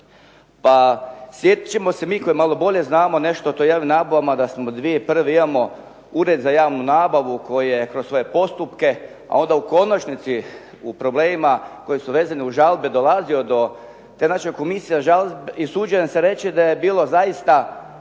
Sjetit ćemo se mi koji nešto malo bolje znamo o tim javnim nabavama da 2001. imamo Ured za javnu nabavu koji je kroz svoje postupke a onda u konačnici u problemima koji su vezani uz žalbe dolazio do, ta naša komisija usuđujem se reći da je bilo zaista